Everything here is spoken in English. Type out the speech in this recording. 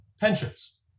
pensions